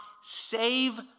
save